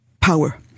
power